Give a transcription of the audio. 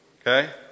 Okay